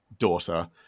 daughter